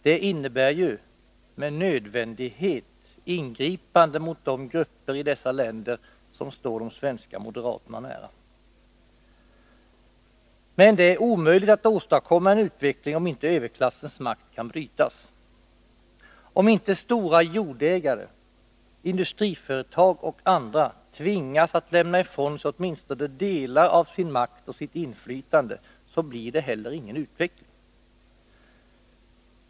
Det innebär med nödvändighet ingripanden mot de grupper i dessa länder som står de svenska moderaterna nära. Men det är omöjligt att åstadkomma en utveckling om inte överklassens makt kan brytas. Om inte stora jordägare, industriföretag och andra tvingas att lämna ifrån sig åtminstone delar av sin makt och sitt inflytande, blir det heller ingen utveckling.